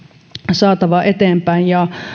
saatava eteenpäin ja